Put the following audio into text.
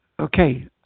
Okay